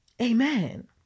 Amen